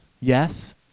yes